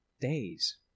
days